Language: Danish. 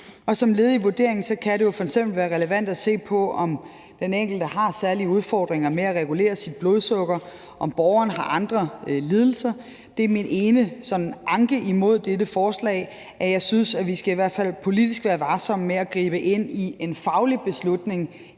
som led i vurderingen kan det jo f.eks. være relevant at se på, om den enkelte borger har særlige udfordringer med at regulere sit blodsukker eller har andre lidelser. Dette er min ene anke imod dette forslag, nemlig at jeg synes, at vi i hvert fald politisk skal være varsomme med at gribe ind i en faglig beslutning,